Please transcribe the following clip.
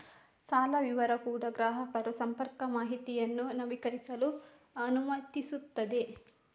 ಸಾಲ ವಿವರ ಕೂಡಾ ಗ್ರಾಹಕರು ಸಂಪರ್ಕ ಮಾಹಿತಿಯನ್ನು ನವೀಕರಿಸಲು ಅನುಮತಿಸುತ್ತದೆ